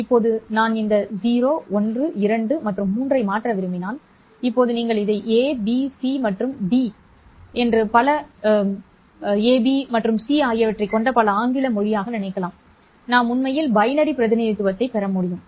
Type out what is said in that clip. இப்போது நான் இந்த 0 1 2 மற்றும் 3 ஐ மாற்ற விரும்பினால் இப்போது நீங்கள் இதை A B C மற்றும் D மற்றும் பல AB மற்றும் C ஆகியவற்றைக் கொண்ட பல ஆங்கில மொழியாக நினைக்கலாம் நான் உண்மையில் பைனரி பிரதிநிதித்துவத்தைப் பெற முடியும்